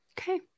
Okay